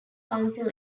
council